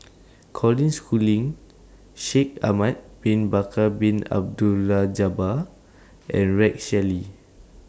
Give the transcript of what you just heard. Colin Schooling Shaikh Ahmad Bin Bakar Bin Abdullah Jabbar and Rex Shelley